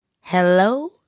hello